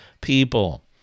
people